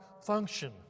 function